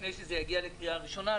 לפני שזה יגיע לקריאה הראשונה,